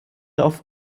auf